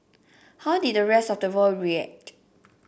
how did the rest of the world react